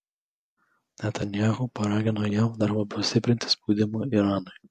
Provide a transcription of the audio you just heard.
netanyahu paragino jav dar labiau stiprinti spaudimą iranui